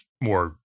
more